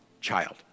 child